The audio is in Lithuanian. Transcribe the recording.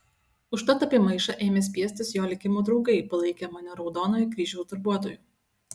užtat apie maišą ėmė spiestis jo likimo draugai palaikę mane raudonojo kryžiaus darbuotoju